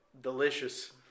Delicious